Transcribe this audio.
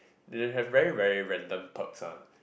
they have very very random perks [one]